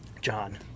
john